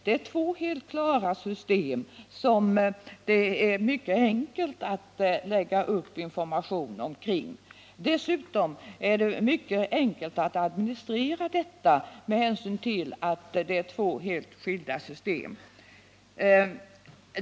Det är två helt klara system, som det är mycket enkelt att utarbeta information omkring. Dessutom är det mycket enkelt att administrera detta med hänsyn till att det är två helt skilda system.